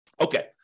Okay